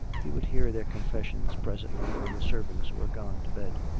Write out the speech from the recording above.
he would hear their confes sions presently when the servants were gone to bed.